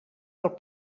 del